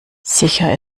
sicher